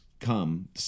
come